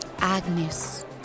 Agnes